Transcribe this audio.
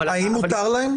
האם מותר להם?